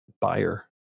buyer